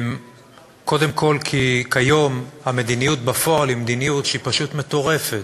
קודם כול כי כיום המדיניות בפועל היא מדיניות שהיא פשוט מטורפת.